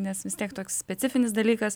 nes vis tiek toks specifinis dalykas